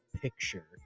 picture